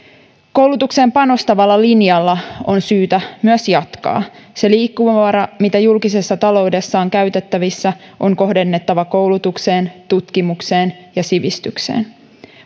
koulutukseen panostavalla linjalla on syytä myös jatkaa se liikkumavara mitä julkisessa taloudessa on käytettävissä on kohdennettava koulutukseen tutkimukseen ja sivistykseen